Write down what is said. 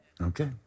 Okay